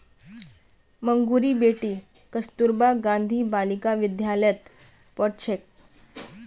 मंगूर बेटी कस्तूरबा गांधी बालिका विद्यालयत पढ़ छेक